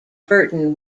burton